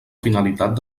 finalitat